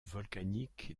volcanique